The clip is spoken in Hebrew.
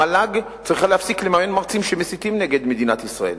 המל"ג צריכה להפסיק לממן מרצים שמסיתים נגד מדינת ישראל.